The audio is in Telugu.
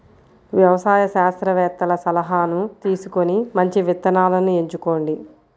వ్యవసాయ శాస్త్రవేత్తల సలాహాను తీసుకొని మంచి విత్తనాలను ఎంచుకోండి